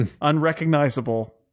unrecognizable